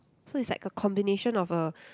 so it's like a combination of a